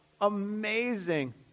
amazing